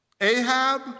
Ahab